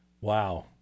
Wow